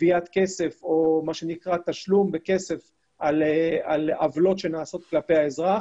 גביית כסף או מה שנקרא תשלום בכסף על עבירות שנעשות כלפי האזרח